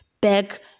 back